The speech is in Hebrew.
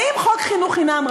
האם חוק חינוך חינם,